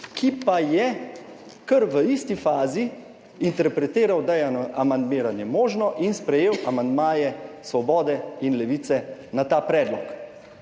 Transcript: ki pa je kar v isti fazi interpretiral, da je amandmiranje možno, in sprejel amandmaje Svobode in Levice na ta predlog.